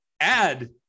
add